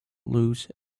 lose